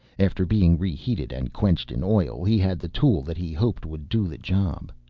after being reheated and quenched in oil he had the tool that he hoped would do the job.